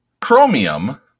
chromium